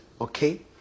Okay